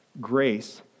grace